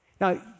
Now